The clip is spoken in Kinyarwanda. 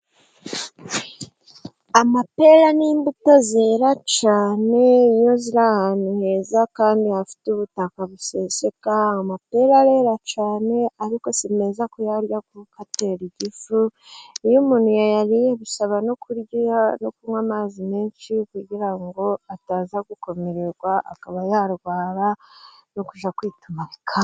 Amapera ni imbuto zera cyane iyo ziri ahantu heza kandi hafite ubutaka buseseka. Amapera arera cyane ariko si meza kuyarya kubera ko atera igifu. Iyo umuntu yayariye bisaba no kurya no kunywa amazi menshi ,kugira ngo ataza gukomererwa akaba yarwara, no kujya kwituma bikanga.